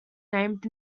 named